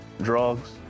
drugs